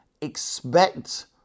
expect